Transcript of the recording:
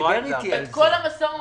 צריך את שרת התחבורה,